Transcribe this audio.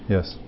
Yes